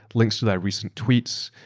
links to their recent tweets,